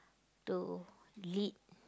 to lead